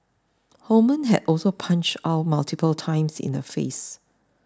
Holman had also punched Ow multiple times in the face